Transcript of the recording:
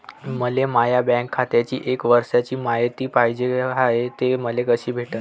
मले माया बँक खात्याची एक वर्षाची मायती पाहिजे हाय, ते मले कसी भेटनं?